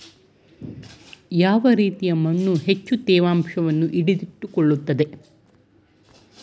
ಯಾವ ರೀತಿಯ ಮಣ್ಣು ಹೆಚ್ಚು ತೇವಾಂಶವನ್ನು ಹಿಡಿದಿಟ್ಟುಕೊಳ್ಳುತ್ತದೆ?